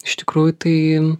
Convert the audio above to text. iš tikrųjų tai